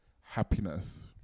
happiness